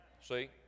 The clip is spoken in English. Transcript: See